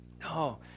No